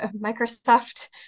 microsoft